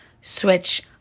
switch